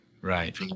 right